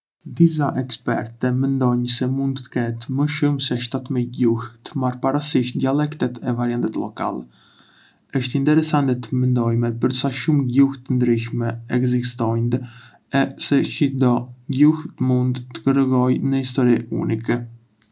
Disa ekspertë mendojndë se mund të ketë më shumë se shtat-mil gjuhë, të marrë parasysh dialektet e variantet lokale. Është interesante të mendojmë për sa shumë gjuhë të ndryshme ekzistojndë e se si çdo gjuhë mund të tregojë një histori unike.